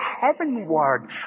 heavenward